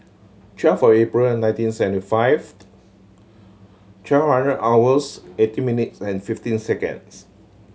twelve April and nineteen seventy five twelve hundred hours eighteen minutes and fifteen seconds